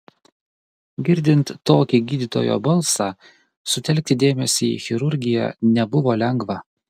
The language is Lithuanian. girdint tokį gydytojo balsą sutelkti dėmesį į chirurgiją nebuvo lengva